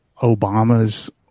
Obama's